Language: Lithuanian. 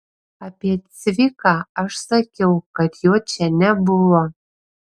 apie cviką aš sakiau kad jo čia nebuvo